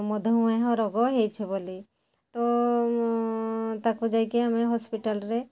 ମଧୁମେହ ରୋଗ ହୋଇଛି ବୋଲି ତ ତାକୁ ଯାଇକି ଆମେ ହସ୍ପିଟାଲ୍ରେ